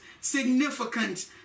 significant